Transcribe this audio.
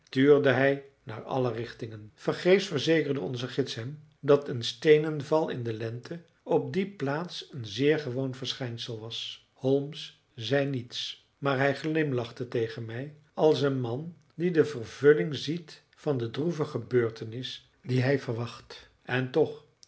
tuurde hij naar alle richtingen vergeefs verzekerde onze gids hem dat een steenenval in de lente op die plaats een zeer gewoon verschijnsel was holmes zeide niets maar hij glimlachte tegen mij als een man die de vervulling ziet van de droeve gebeurtenis die hij verwacht en toch